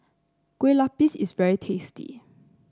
Kue Lupis is very tasty